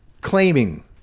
claiming